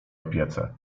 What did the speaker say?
opiece